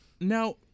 Now-